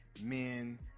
men